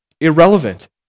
irrelevant